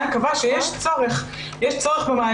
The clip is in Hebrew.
אני מבינה שאת אחראית על אגף ואני מבינה שאת צריכה לייצג עמדה,